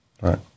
Right